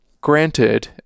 granted